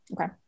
Okay